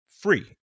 free